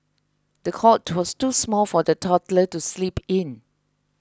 the cot was too small for the toddler to sleep in